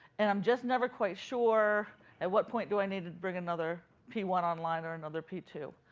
and i'm just never quite sure at what point do i need to bring another p one online or another p two,